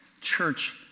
church